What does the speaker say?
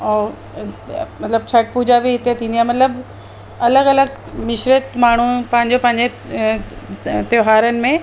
ऐं मतिलबु छठ पूॼा बि हिते थींदी आहे मतिलबु अलॻि अलॻि मिश्रित माण्हू पंहिंजो पंहिजे त्योहारनि में